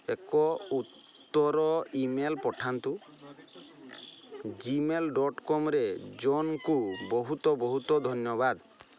ଏକ ଉତ୍ତର ଇମେଲ୍ ପଠାନ୍ତୁ ଜିମେଲ୍ ଡଟ୍କମ୍ରେ ଜୁନ୍କୁ ବହୁତ ବହୁତ ଧନ୍ୟବାଦ